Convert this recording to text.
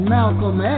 Malcolm